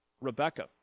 Rebecca